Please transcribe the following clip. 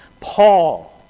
Paul